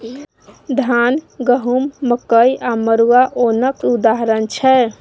धान, गहुँम, मकइ आ मरुआ ओनक उदाहरण छै